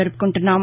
జరుపుకుంటున్నాం